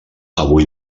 avui